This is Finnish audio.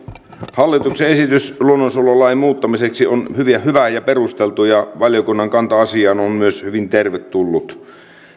hallituksen esitys luonnonsuojelulain muuttamiseksi on hyvä ja perusteltu ja valiokunnan kanta asiaan on myös hyvin tervetullut